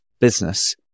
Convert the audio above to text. business